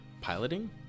piloting